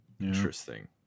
Interesting